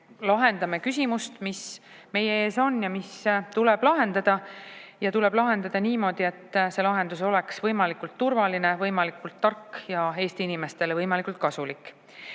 lahendame küsimust, mis meie ees on ja mis tuleb lahendada, ja tuleb lahendada niimoodi, et see lahendus oleks võimalikult turvaline, võimalikult tark ja Eesti inimestele võimalikult kasulik.